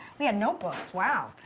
we have notebooks. wow.